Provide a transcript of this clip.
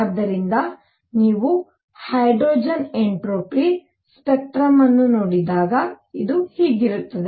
ಆದ್ದರಿಂದ ನೀವು hydrogen entropy spectrum ಅನ್ನು ನೋಡಿದಾಗ ಇದು ಹೀಗಿರುತ್ತದೆ